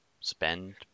spend